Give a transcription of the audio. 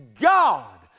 God